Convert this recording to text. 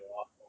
awful